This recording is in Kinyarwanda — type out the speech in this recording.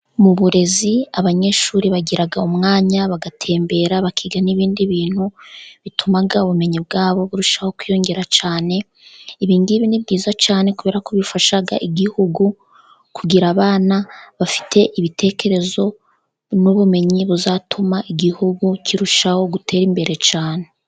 Mu burezi abanyeshuri bagira umwanya bagatembera bakiga n'ibindi bintu bituma bwa bumenyi bwabo burushaho kwiyongera cyane, ibingibi ni byiza cyane kubera ko bifasha igihugu, kugira abana bafite ibitekerezo n'ubumenyi buzatuma igihugu kirushaho gutera imbere cyane.